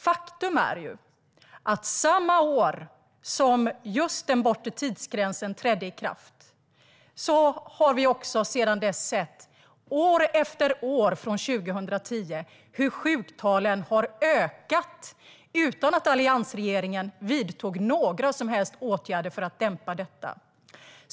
Faktum är att vi år efter år sedan den bortre tidsgränsen trädde i kraft år 2010 har sett hur sjuktalen har ökat utan att alliansregeringen vidtog några som helst åtgärder för att dämpa detta.